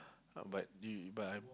uh but you but I